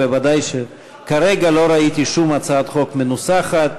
ודאי שכרגע לא ראיתי שום הצעת חוק מנוסחת.